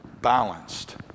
Balanced